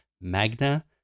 Magna